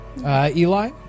Eli